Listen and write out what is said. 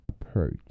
approach